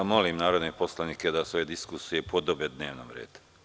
Molim narodne poslanike da svoje diskusije podobe dnevnom redu.